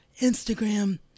Instagram